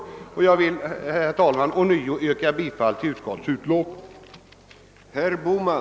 Herr talman! Jag yrkar ånyo bifall till utskottets hemställan.